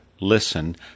Listen